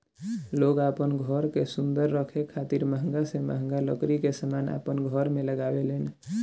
लोग आपन घर के सुंदर रखे खातिर महंगा से महंगा लकड़ी के समान अपन घर में लगावे लेन